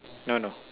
no no